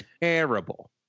terrible